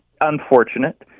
unfortunate